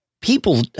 People